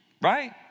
Right